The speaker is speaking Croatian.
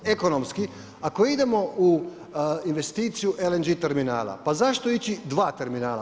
Ekonomski, ako idemo u investiciju LNG terminala, pa zašto ići 2 terminala?